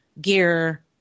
gear